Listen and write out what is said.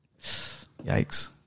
Yikes